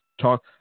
talk